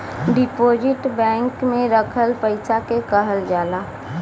deposit bank में रखल पइसा के कहल जाला